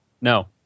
No